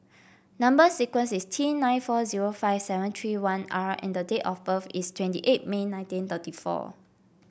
number sequence is T nine four zero five seven three one R and the date of birth is twenty eight May nineteen thirty four